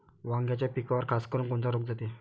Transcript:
वांग्याच्या पिकावर खासकरुन कोनचा रोग जाते?